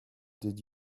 did